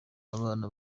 abana